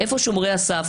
איפה שומרי הסף?